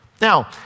Now